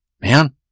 man